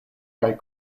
kaj